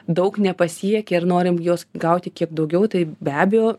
daug nepasiekia ir norim jos gauti kiek daugiau tai be abejo